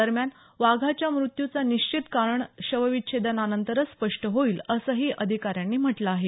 दरम्यान वाघाच्या मृत्यूचं निश्चित कारण शवविच्छेदनानंतरच स्पष्ट होईल असंही या अधिकाऱ्यांनी म्हटलं आहे